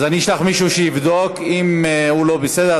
אז אני אשלח מישהו שיבדוק אם הוא לא בסדר,